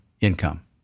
income